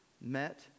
met